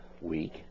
week